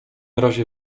razie